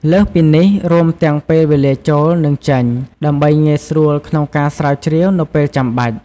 លើសពីនេះ រួមទាំងពេលវេលាចូល និងចេញ ដើម្បីងាយស្រួលក្នុងការស្រាវជ្រាវនៅពេលចាំបាច់។